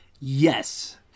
Yes